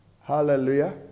Hallelujah